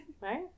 Right